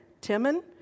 Timon